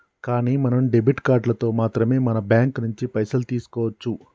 కానీ మనం డెబిట్ కార్డులతో మాత్రమే మన బ్యాంకు నుంచి పైసలు తీసుకోవచ్చు